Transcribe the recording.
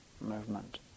movement